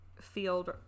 field